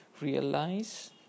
realize